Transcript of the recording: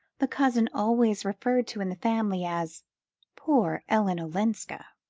the cousin always referred to in the family as poor ellen olenska.